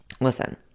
listen